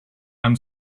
i’m